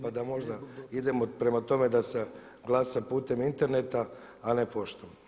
Pa da možda idemo prema tome da se glasa putem interneta a ne poštom.